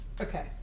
okay